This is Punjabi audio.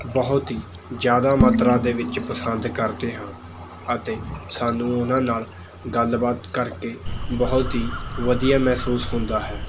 ਬਹੁਤ ਹੀ ਜ਼ਿਆਦਾ ਮਾਤਰਾ ਦੇ ਵਿੱਚ ਪਸੰਦ ਕਰਦੇ ਹਾਂ ਅਤੇ ਸਾਨੂੰ ਉਹਨਾਂ ਨਾਲ਼ ਗੱਲਬਾਤ ਕਰਕੇ ਬਹੁਤ ਹੀ ਵਧੀਆ ਮਹਿਸੂਸ ਹੁੰਦਾ ਹੈ